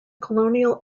colonial